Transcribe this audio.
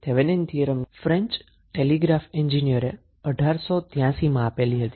આ Thevenin theorem French telegraph engineer એ 1883 માં આપેલ હતો